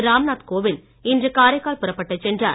ராம் நாத் கோவிந்த் இன்று காரைக்கால் புறப்பட்டு சென்றார்